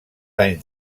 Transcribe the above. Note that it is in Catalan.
anys